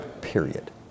period